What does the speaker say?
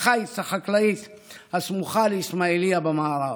החיץ החקלאית הסמוכה לאיסמאעיליה במערב,